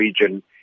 region